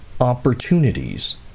opportunities